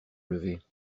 lever